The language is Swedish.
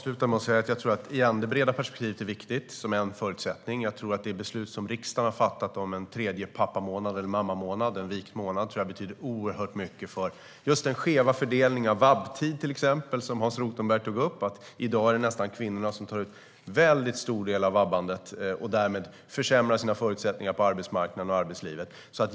Herr talman! Det breda perspektivet är viktigt som en förutsättning. Jag tror att det beslut som riksdagen har fattat om en tredje pappamånad eller mammamånad - en vikt månad - betyder oerhört mycket för att komma till rätta med till exempel den skeva fördelning av vab-tid som Hans Rothenberg tog upp. I dag tar kvinnorna ut en väldigt stor del av vabbandet, och därmed försämrar de sina förutsättningar på arbetsmarknaden och i arbetslivet.